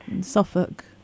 Suffolk